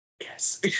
yes